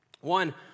One